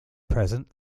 present